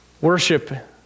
worship